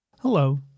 Hello